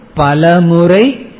palamurai